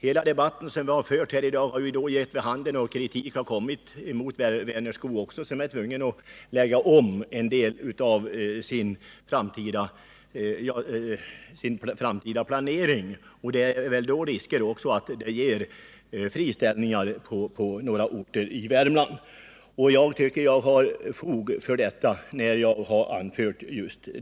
Hela den debatt som vi har fört här i dag har gett vid handen att kritik har framkommit även mot Vänerskog, som nu måste lägga om en del av sin framtida planering. Det medför också risker för friställningar på några andra orter i Värmland. Jag tycker därför att jag har fog för vad jag har anfört.